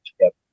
together